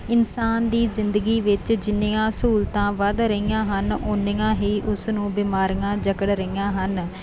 ਇਨਸਾਨ ਦੀ ਜ਼ਿੰਦਗੀ ਵਿੱਚ ਜਿੰਨੀਆਂ ਸਹੂਲਤਾਂ ਵੱਧ ਰਹੀਆਂ ਹਨ ਉੰਨੀਆਂ ਹੀ ਉਸ ਨੂੰ ਬਿਮਾਰੀਆਂ ਜਕੜ ਰਹੀਆਂ ਹਨ